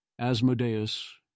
Asmodeus